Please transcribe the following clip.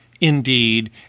indeed